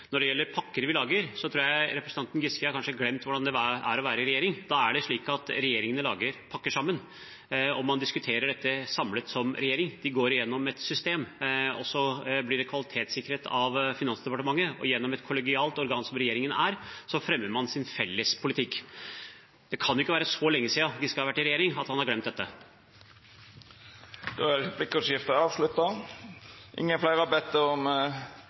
Når det gjelder pakker vi lager, tror jeg representanten Giske kanskje har glemt hvordan det er å være i regjering. Da er det slik at regjeringen lager pakker sammen, og man diskuterer dette samlet som regjering. Det går gjennom et system, så blir det kvalitetssikret av Finansdepartementet, og gjennom et kollegialt organ, som regjeringen er, fremmer man sin felles politikk. Det kan ikke være så lenge siden representanten Giske har vært i regjering, at han har glemt dette. Replikkordskiftet er omme. Fleire har ikkje bedt om ordet i sak nr. 4. Presidentskapet fremmer i innstillingen forslag til lov om